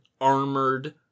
armored